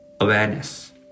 awareness